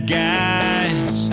guys